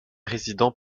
résidents